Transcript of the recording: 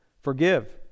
forgive